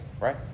right